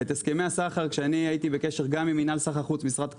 אני הייתי בקשר גם עם מינהל סחר חוץ, משרד כלכלה,